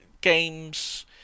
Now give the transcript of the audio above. games